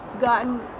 gotten